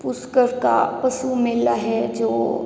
पुष्कर का पशु मेला है जो